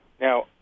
Now